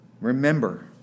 remember